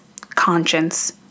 conscience